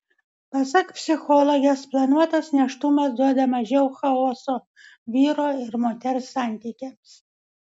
pasak psichologės planuotas nėštumas duoda mažiau chaoso vyro ir moters santykiams